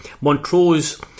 Montrose